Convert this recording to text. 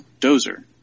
dozer